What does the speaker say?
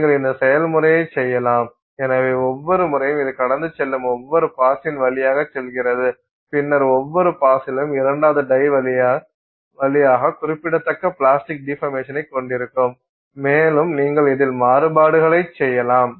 நீங்கள் இந்த செயல்முறையை செய்யலாம் எனவே ஒவ்வொரு முறையும் இது கடந்து செல்லும் ஒவ்வொரு பாசின் வழியாக செல்கிறது பின்னர் ஒவ்வொரு பாஸிலும் இரண்டாவது டை வழியாக குறிப்பிடத்தக்க பிளாஸ்டிக் டிபர்மெசனை கொண்டிருக்கும் மேலும் நீங்கள் இதில் மாறுபாடுகளைச் செய்யலாம்